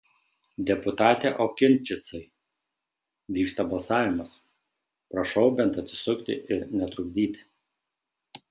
deputate okinčicai vyksta balsavimas prašau bent atsisukti ir netrukdyti